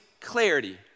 clarity